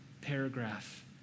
Paragraph